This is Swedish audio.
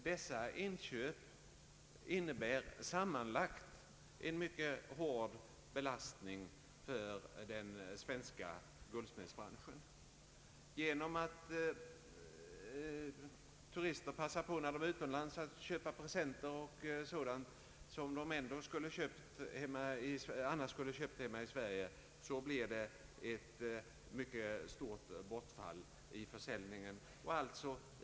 Dessa inköp innebär emellertid sammanlagt en mycket svår belastning för den svenska guldsmedsbranschen. Genom att turister utomlands passar på att köpa presenter och sådant som de annars skulle köpt hemma i Sverige, blir det ett mycket stort bortfall i försäljningen.